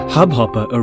Hubhopper